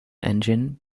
engine